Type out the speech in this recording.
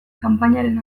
kanpainaren